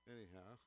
Anyhow